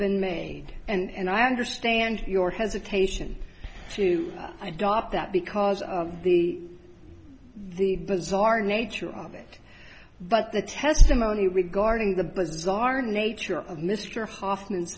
been made and i understand your hesitation to i diot that because of the the bizarre nature of it but the testimony regarding the bizarre nature of mr hoffman